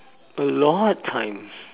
a lot time